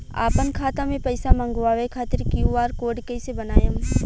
आपन खाता मे पईसा मँगवावे खातिर क्यू.आर कोड कईसे बनाएम?